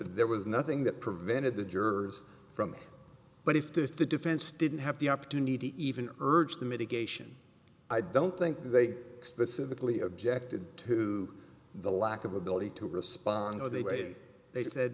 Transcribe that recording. there was nothing that prevented the jurors from but if the defense didn't have the opportunity even urge the mitigation i don't think they specifically objected to the lack of ability to respond or they way they said